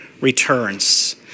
returns